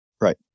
Right